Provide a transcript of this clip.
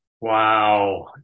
Wow